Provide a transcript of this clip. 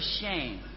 shame